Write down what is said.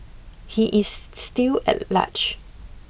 he is still at large